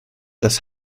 das